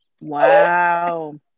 wow